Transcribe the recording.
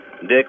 dick